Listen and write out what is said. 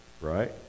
right